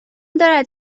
دارد